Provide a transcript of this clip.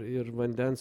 ir vandens